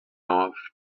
off